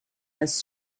has